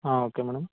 okay madam